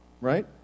right